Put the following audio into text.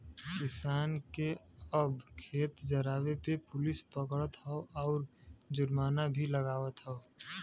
किसान के अब खेत जरावे पे पुलिस पकड़त हौ आउर जुर्माना भी लागवत हौ